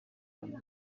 rwanda